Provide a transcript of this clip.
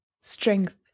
strength